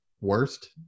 Worst